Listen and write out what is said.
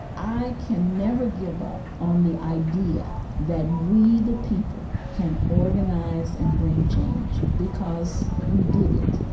i can never give up on the idea that we the people can organize and bring change because we did it,